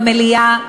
במליאה,